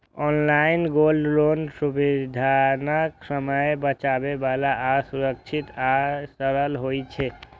online gold loan सुविधाजनक, समय बचाबै बला आ सुरक्षित आ सरल होइ छै